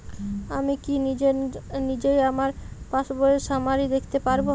আমি কি নিজেই আমার পাসবইয়ের সামারি দেখতে পারব?